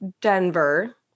Denver